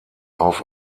auf